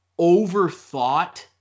overthought